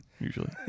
Usually